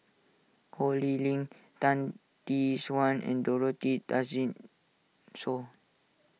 Ho Lee Ling Tan Tee Suan and Dorothy Tessensohn